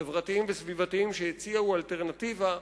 חברתיים וסביבתיים שהציעו אלטרנטיבה,